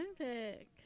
Olympics